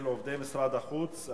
עובדי משרד החוץ.